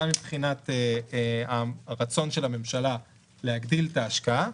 גם מבחינת הרצון של הממשלה להגדיל את ההשקעה,